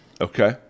Okay